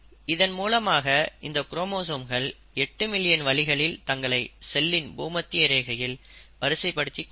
இதன் மூலமாக இந்த குரோமோசோம்கள் 8 மில்லியன் வழிகளில் தங்களை செல்லின் பூமத்திய ரேகையில் வரிசைப்படுத்திக் கொள்ளலாம்